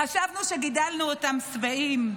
חשבנו שגידלנו אותם שבעים.